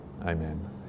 Amen